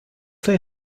they